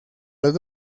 los